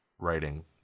writing